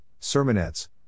sermonettes